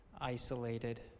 isolated